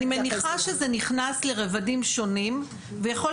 אני מניחה שזה נכנס לרבדים שונים ויכול